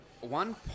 one